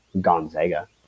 Gonzaga